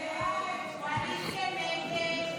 הסתייגות 16 לא נתקבלה.